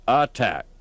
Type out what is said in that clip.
attack